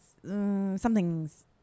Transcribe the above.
Something's